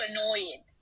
annoying